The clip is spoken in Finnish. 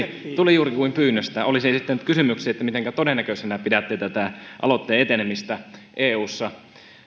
tuli juuri kuin pyynnöstä olisin esittänyt kysymyksen miten todennäköisenä pidätte tätä aloitteen etenemistä eussa